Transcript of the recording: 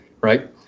right